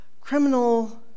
criminal